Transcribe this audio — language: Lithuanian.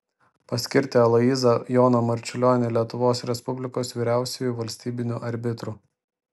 paskirti aloyzą joną marčiulionį lietuvos respublikos vyriausiuoju valstybiniu arbitru